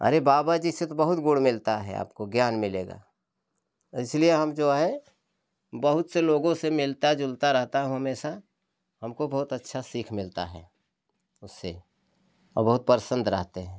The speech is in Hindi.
अरे बाबा जी से बहुत गुण मिलता है आपको ज्ञान मिलेगा इसलिए हम जो है बहुत से लोगों से मिलता जुलता रहता हूँ हमेशा हमको बहुत अच्छा सीख मिलता है उससे और बहुत प्रसन्न रहते हैं